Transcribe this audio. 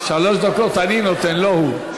שלוש דקות אני נותן, לא הוא.